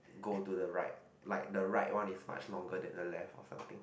go to the right like the right one is much longer than the left something